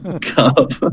cup